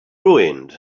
ruined